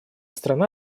страна